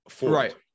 Right